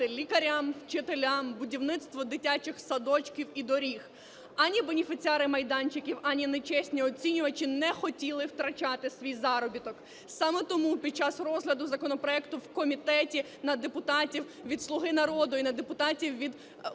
лікарям, вчителям, будівництво дитячих садочків і доріг. Ані бенефіціари майданчиків, ані нечесні оцінювачі не хотіли втрачати свій заробіток. Саме тому під час розгляду законопроекту в комітеті на депутатів від "Слуги народу" і на депутатів від